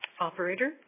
Operator